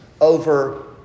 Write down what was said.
over